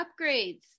upgrades